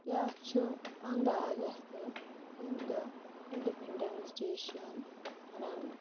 بیاکہ چھ پَنٛدَہ اَگَستہٕ یَمہِ دۄہ اِنڈِپینٛڈینٕس ڈے چھُ یِوان مَناونہٕ